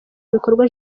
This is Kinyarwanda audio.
bikorwa